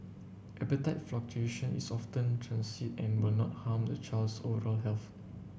appetite fluctuation is often transient and will not harm the child's overall health